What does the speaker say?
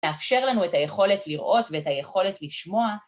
מאפשר לנו את היכולת לראות ואת היכולת לשמוע.